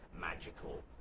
magical